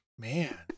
Man